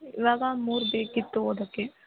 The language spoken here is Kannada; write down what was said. ಇವಾಗ ಮೂರು ಬೇಕಿತ್ತು ಓದೋಕೆ